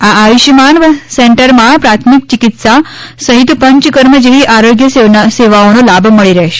આ આયુષ્યમાન સેન્ટરમાં પ્રાથમિક ચિકિત્સા સહિત પંચકર્મ જેવી આરોગ્ય સેવાઓનો લાભ મળી રહેશે